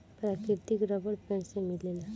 प्राकृतिक रबर पेड़ से मिलेला